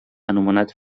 anomenat